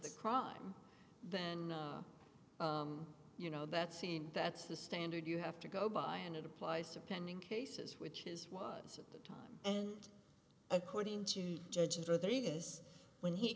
the crime then you know that scene that's the standard you have to go by and it applies to pending cases which is was at the time and according to judge whether it is when he